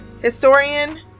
historian